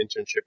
internship